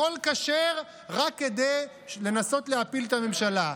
הכול כשר רק כדי לנסות להפיל את הממשלה.